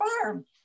Farm